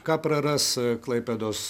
ką praras klaipėdos